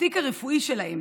התיק הרפואי שלהם